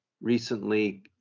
recently